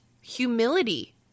humility